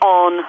on